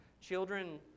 Children